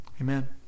Amen